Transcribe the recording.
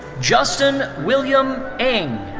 justin william eng.